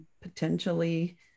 potentially